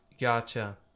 Gotcha